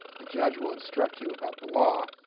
the judge will instruct you about the law,